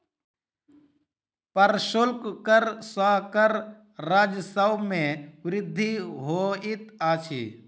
प्रशुल्क कर सॅ कर राजस्व मे वृद्धि होइत अछि